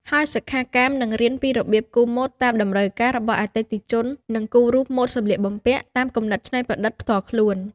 ហើយសិក្ខាកាមនឹងរៀនពីរបៀប គូរម៉ូដតាមតម្រូវការរបស់អតិថិជន និងគូររូបម៉ូដសម្លៀកបំពាក់ តាមគំនិតច្នៃប្រឌិតផ្ទាល់ខ្លួន។